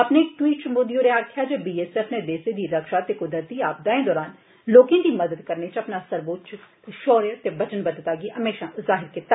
अपने इक ट्वीट च मोदी होरें आक्खेआ जे बीएसएफ नै देश दी रक्षा ते कुदरती आपदाएं दरान लोकें दी मदद करने च अपना शौर्य ते वचनबद्धता गी म्हेशां जाहर कीता